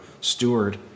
steward